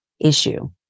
issue